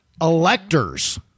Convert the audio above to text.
electors